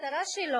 שהמטרה שלו